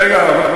רגע,